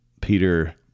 Peter